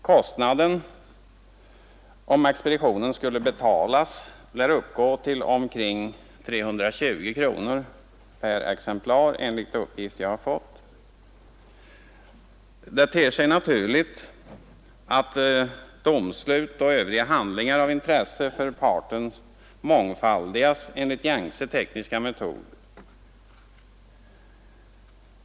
Kostnaden — om expeditionen skulle betalas — lär uppgå till omkring 320 kronor per exemplar, enligt uppgifter som jag har fått. Det ter sig naturligt att domslut och övriga handlingar av intresse för parterna mångfaldigas enligt gängse tekniska metoder.